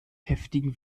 heftigen